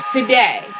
Today